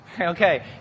Okay